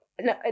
No